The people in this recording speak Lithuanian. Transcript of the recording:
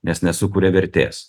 nes nesukuria vertės